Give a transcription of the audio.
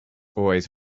always